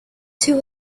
two